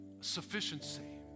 sufficiency